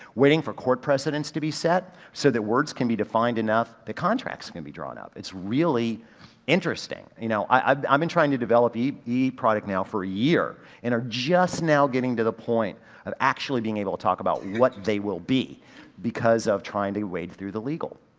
waiting for court precedence to be set so that words can be defined enough that contracts are gonna be drawn up. it's really interesting. you know i've um been trying to develop e product now for a year and are just now getting to the point of actually being able to talk about what they will be because of trying to wade through the legal.